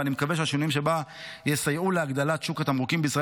ואני מקווה שהשינויים בה יסייעו להגדלת שוק התמרוקים בישראל